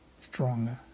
stronger